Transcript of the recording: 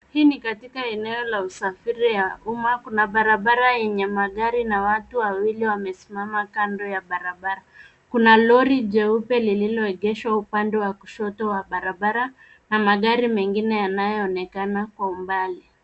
Hii ni katika eneo la usafiri ya umma. Kuna barabara yenye magari na watu wawili wamesimama kando ya barabara. Kuna lori leupe lililoegeshwa upande wa kushoto wa barabara na magari mengine yanayoonekana kwa umbali.